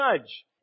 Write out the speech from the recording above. judge